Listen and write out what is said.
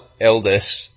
eldest